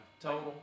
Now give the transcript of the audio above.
total